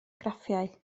graffiau